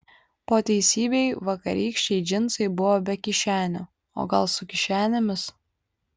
po teisybei vakarykščiai džinsai buvo be kišenių o gal su kišenėmis